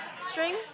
string